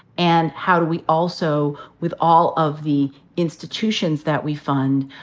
and how do we also, with all of the institutions that we fund,